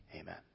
Amen